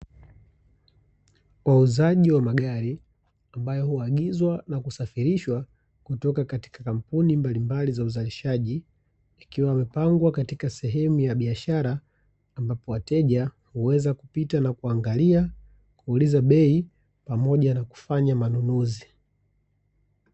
Wauzaji wa magari ambayo huagizwa na kusafirishwa kutoka katika kampuni mbalimbali za uzalishaji, ikiwa imepangwa katika sehemu ya biashara, ambapo wateja huweza kupita na kuangalia, kuuliza bei, pamoja na kufanya manunuzi.